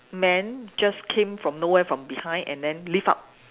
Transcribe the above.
man just came from nowhere from behind and then lift up